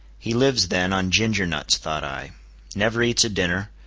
he lives, then, on ginger-nuts, thought i never eats a dinner,